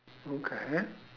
okay